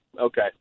Okay